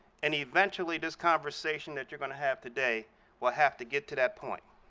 and eventually this conversation that you're going to have today will have to get to that point.